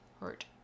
hurt